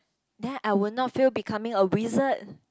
then I will not feel becoming a lizard